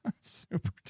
Super